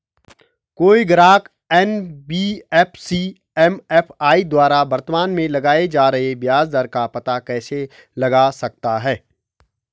कोई ग्राहक NBFC MFI द्वारा वर्तमान में लगाए जा रहे ब्याज दर का पता कैसे लगा सकता है?